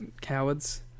cowards